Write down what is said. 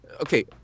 okay